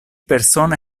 persone